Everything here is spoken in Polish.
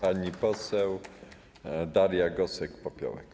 Pani poseł Daria Gosek-Popiołek.